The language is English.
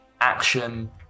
action